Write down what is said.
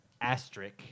asterisk